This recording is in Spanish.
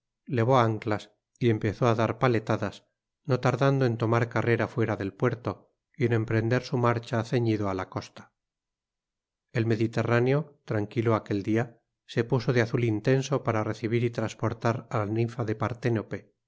de salir levó anclas y empezó a dar paletadas no tardando en tomar carrera fuera del puerto y en emprender su marcha ceñido a la costa el mediterráneo tranquilo aquel día se puso de azul intenso para recibir y transportar a la ninfa de parténope debió de